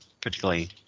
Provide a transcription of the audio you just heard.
particularly